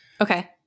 Okay